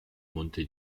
monte